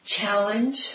challenge